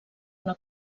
una